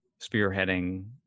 spearheading